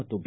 ಮತ್ತು ಬಿ